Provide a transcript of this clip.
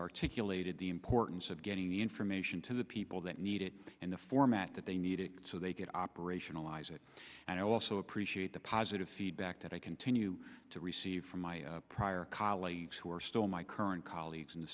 articulated the importance of getting the information to the people that need it in the format that they need it so they get operationalize it and i also appreciate the positive feedback that i continue to receive from my prior colleagues who are still my current colleagues